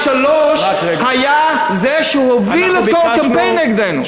מספר שלוש היה זה שהוביל את הקמפיין נגדנו.